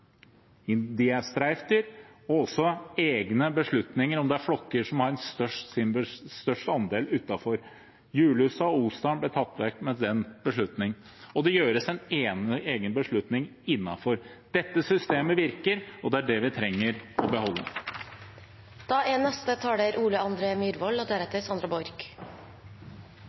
er streifdyr – og også egne beslutninger om det er flokker som har størst andel utenfor. Ulv i Julussa og Osdalen ble tatt vekk med en slik beslutning. Det tas også en egen beslutning innenfor ulvesonen. Dette systemet virker, og det er det vi trenger å